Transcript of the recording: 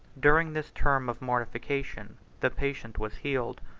during this term of mortification, the patient was healed,